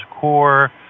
core